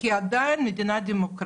כי עדיין זו מדינה דמוקרטית.